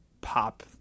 pop